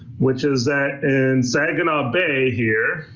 which is that in saginaw bay here,